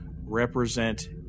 represent